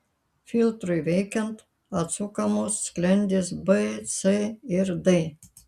filtrui veikiant atsukamos sklendės b c ir d